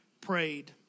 prayed